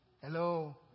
Hello